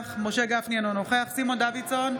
נוכח משה גפני, אינו נוכח סימון דוידסון,